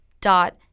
dot